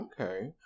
Okay